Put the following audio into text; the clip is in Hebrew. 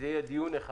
יהיה דיון אחד